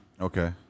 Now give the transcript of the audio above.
Okay